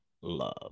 love